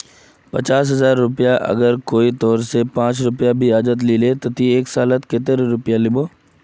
पचास हजार रुपया कोई अगर तोर लिकी से पाँच रुपया ब्याजेर पोर लीले ते ती वहार लिकी से एक सालोत कतेला पैसा लुबो?